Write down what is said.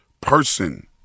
person